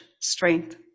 strength